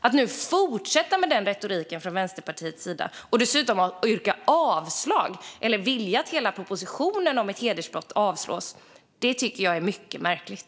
Att nu fortsätta med den retoriken från Vänsterpartiets sida och dessutom vilja att hela propositionen om ett hedersbrott avslås tycker jag är mycket märkligt.